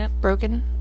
broken